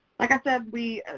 like i said, we